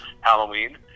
Halloween